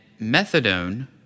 methadone